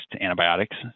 antibiotics